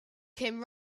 came